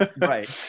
Right